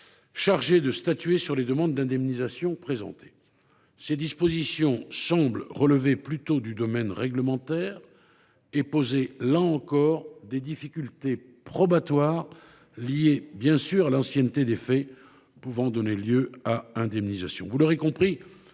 chargée de statuer sur les demandes d’indemnisation présentées. Cette disposition semble relever plutôt du domaine réglementaire et poser, là encore, des difficultés probatoires du fait de l’ancienneté des faits pouvant donner lieu à indemnisation.